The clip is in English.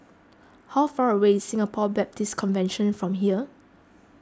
how far away is Singapore Baptist Convention from here